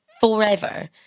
forever